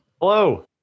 Hello